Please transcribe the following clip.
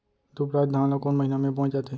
दुबराज धान ला कोन महीना में बोये जाथे?